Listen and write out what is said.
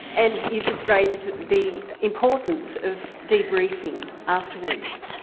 and you've just raised the importance of debriefing afterwards,